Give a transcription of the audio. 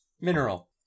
Mineral